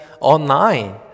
online